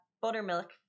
buttermilk